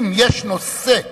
אם יש נושא שהוא,